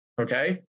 Okay